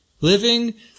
living